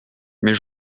mais